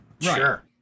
sure